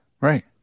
Right